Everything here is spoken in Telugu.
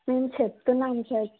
మేము చెప్తున్నాం సార్